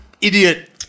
idiot